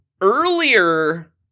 Earlier